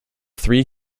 three